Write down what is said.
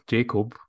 Jacob